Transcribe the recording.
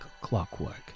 clockwork